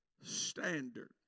standard